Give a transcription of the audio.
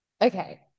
okay